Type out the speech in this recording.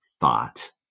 thought